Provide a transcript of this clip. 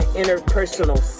interpersonal